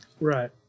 right